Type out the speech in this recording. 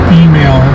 email